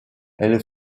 elle